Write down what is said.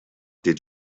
did